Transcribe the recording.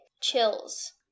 chills